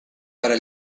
para